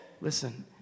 Listen